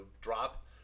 drop